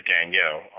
Danielle